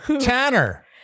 Tanner